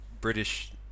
british